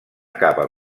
capa